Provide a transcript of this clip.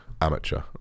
amateur